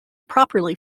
properly